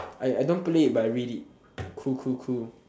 I I don't play it but I read it cool cool cool